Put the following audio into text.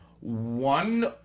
One